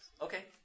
Okay